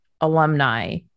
alumni